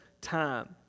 time